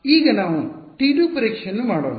ಈಗ ನಾವು T2 ನ ಪರೀಕ್ಷೆಯನ್ನು ಮಾಡೋಣ